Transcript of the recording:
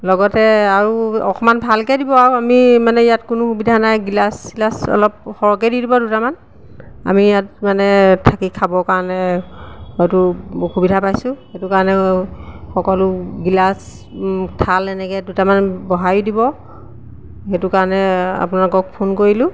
লগতে আৰু অকণমান ভালকৈ দিব আৰু আমি মানে ইয়াত কোনো সুবিধা নাই গিলাচ চিলাচ অলপ সৰহকৈ দি দিব দুটামান আমি ইয়াত মানে থাকি খাবৰ কাৰণে হয়তো অসুবিধা পাইছোঁ সেইটো কাৰণে সকলো গিলাচ থাল এনেকৈ দুটামান বহায়ো দিব সেইটো কাৰণে আপোনালোকক ফোন কৰিলোঁ